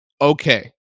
okay